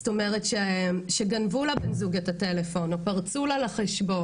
זאת אומרת שגנבו לבן זוג את הטלפון או פרצו לה לחשבון,